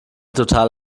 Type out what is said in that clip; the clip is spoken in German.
total